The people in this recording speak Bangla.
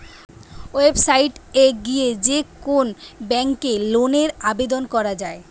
ওয়েবসাইট এ গিয়ে যে কোন ব্যাংকে লোনের আবেদন করা যায়